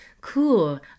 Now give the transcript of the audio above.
cool